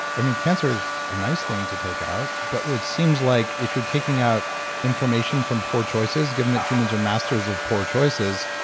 i mean, cancer is a nice thing to take out, but it seems like if you're taking out inflammation from poor choices, given that humans are masters of poor choices,